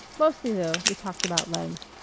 mostly, though, we talked about legs.